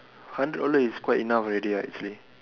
hundred dollar is quite enough already actually